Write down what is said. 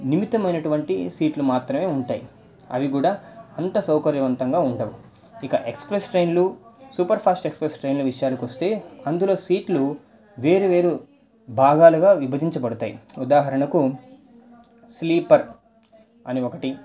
నిమితమైనటువంటి సీట్లు మాత్రమే ఉంటాయి అవి కూడా అంత సౌకర్యవంతంగా ఉంటది ఇక ఎక్స్ప్రెస్ ట్రైన్లు సూపర్ ఫాస్ట్ ఎక్స్ప్రెస్ల ట్రైన్ల విషయానికొస్తే అందులో సీట్లు వేరువేరు భాగాలుగా విభజించబడతాయి ఉదాహరణకు స్లీపర్ అని ఒకటి